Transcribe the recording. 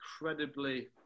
incredibly